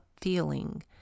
feeling